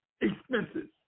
expenses